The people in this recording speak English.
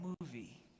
movie